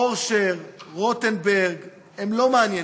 אורשר, רוטנברג, הם לא מעניינים.